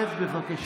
שב, שב, שב, בבקשה.